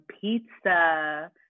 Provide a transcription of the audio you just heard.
pizza